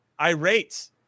irate